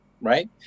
right